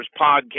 Podcast